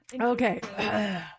Okay